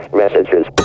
messages